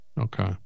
Okay